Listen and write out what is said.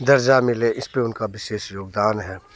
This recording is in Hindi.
दर्जा मिले इस पर उनका विशेष योगदान है